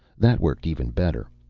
that worked even better.